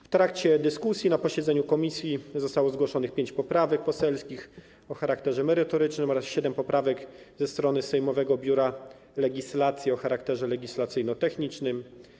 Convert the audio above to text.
W trakcie dyskusji na posiedzeniu komisji zostało zgłoszonych pięć poprawek poselskich o charakterze merytorycznym oraz siedem poprawek ze strony sejmowego Biura Legislacyjnego o charakterze legislacyjno-technicznym.